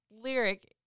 Lyric